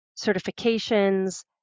certifications